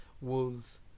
Wolves